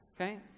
okay